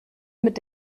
mit